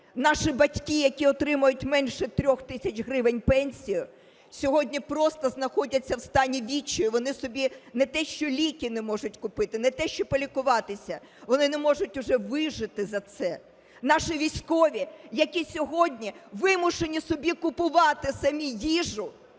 Наші батьки, які отримують менше 3 тисяч гривень пенсію, сьогодні просто знаходяться в стані відчаю, вони собі не те, що ліки не можуть купити, не те, що полікуватися, вони не можуть вже вижити за це. Наші військові, які сьогодні вимушені собі купувати самі їжу,